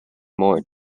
more